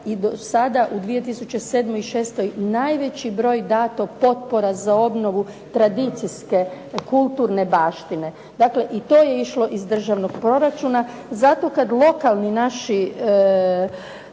do sada u 2007. i šestoj najveći broj danog potpora za obnovu tradicijske kulturne baštine. Dakle, i to je išlo iz državnog proračuna. Zato kada lokalni naši